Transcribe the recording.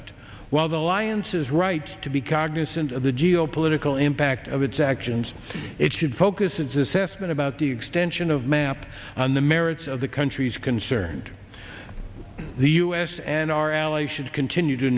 summit while the alliance is right to be cognizant of the geopolitical impact of its actions it should focus its assessment about the extension of map on the merits of the countries concerned the us and our allies should continue to